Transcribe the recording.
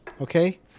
okay